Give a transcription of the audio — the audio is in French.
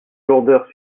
lourdeur